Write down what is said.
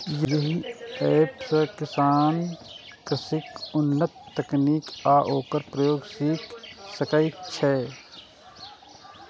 एहि एप सं किसान कृषिक उन्नत तकनीक आ ओकर प्रयोग सीख सकै छै